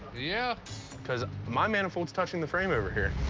yeah because my manifold's touching the frame over here.